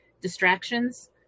distractions